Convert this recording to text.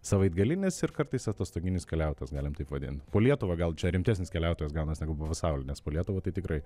savaitgalinis ir kartais atostoginis keliautojas galim taip vadint po lietuvą gal čia rimtesnis keliautojas gaunas negu po pasaulį nes po lietuvą tai tikrai